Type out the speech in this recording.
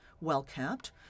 well-kept